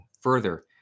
further